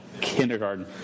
kindergarten